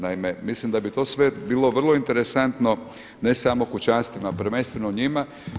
Naime, mislim da bi to sve bilo vrlo interesantno ne samo kućanstvima, prvenstveno njima.